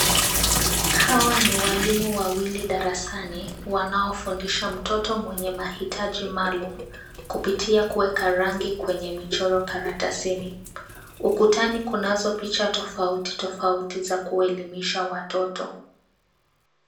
Hawa ni walimu wawili darasani wanaofundisha mtoto mwenye mahitaji maalum kupitia kuweka rangi kwenye michoro karatasini. Ukutani kunazo picha tofauti tofauti za kuelimisha watoto.